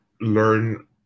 learn